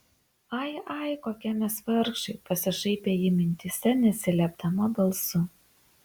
ai ai kokie mes vargšai pasišaipė ji mintyse neatsiliepdama balsu